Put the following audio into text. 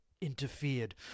interfered